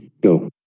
go